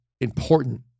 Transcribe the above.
important